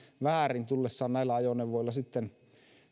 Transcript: väärin tullessaan näillä ajoneuvoilla